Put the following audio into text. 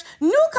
newcomers